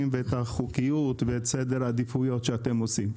ואת החוקיות ואת סדר העדיפויות שאתם עושים.